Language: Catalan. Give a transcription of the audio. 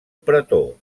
pretor